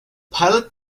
pilot